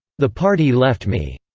the party left me.